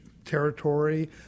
territory